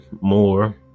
more